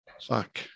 Fuck